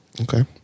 Okay